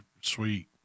sweet